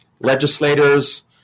legislators